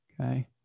Okay